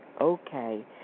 okay